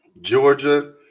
Georgia